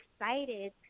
excited